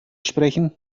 sprechen